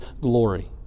glory